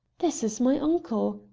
this is my uncle,